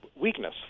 weakness